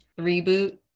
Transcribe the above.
reboot